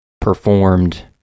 performed